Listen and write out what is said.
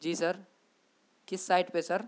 جی sir کس site پہ سر